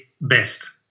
best